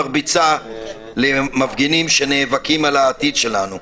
מרביצה למפגינים שנאבקים על העתיד שלנו.